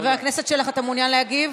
חבר הכנסת שלח, אתה מעוניין להגיב?